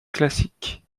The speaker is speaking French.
classic